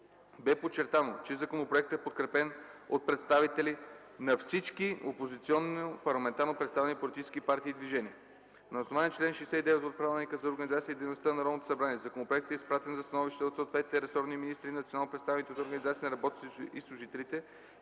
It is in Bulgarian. Бе подчертано, че законопроектът е подкрепен от представители на всички опозиционни парламентарно представени политически партии и движения. На основание чл. 69 от Правилника за организацията и дейността на Народното събрание законопроектът е изпратен за становище от съответните ресорни министри, национално представителните организации на работниците и служителите